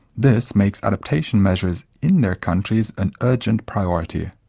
this makes adaptation measures in their countries an urgent priority.